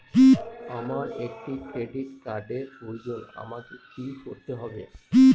আমার একটি ক্রেডিট কার্ডের প্রয়োজন আমাকে কি করতে হবে?